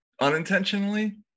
Unintentionally